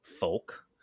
folk